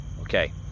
Okay